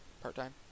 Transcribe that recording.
part-time